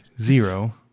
zero